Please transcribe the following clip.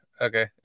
Okay